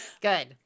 good